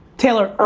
taylor,